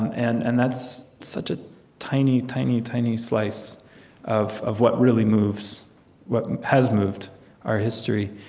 and and that's such a tiny, tiny, tiny slice of of what really moves what has moved our history,